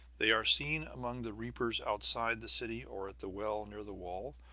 they are seen among the reapers outside the city or at the well near the wall,